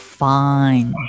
fine